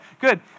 Good